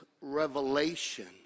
revelation